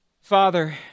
Father